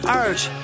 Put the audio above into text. urge